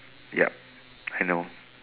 yep I know